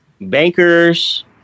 bankers